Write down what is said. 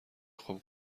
خوام